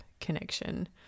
connection